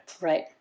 Right